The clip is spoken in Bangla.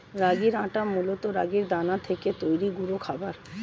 রাগির আটা মূলত রাগির দানা থেকে তৈরি গুঁড়ো খাবার